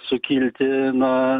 sukilti na